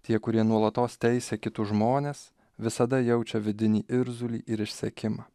tie kurie nuolatos teisia kitus žmones visada jaučia vidinį irzulį ir išsekimą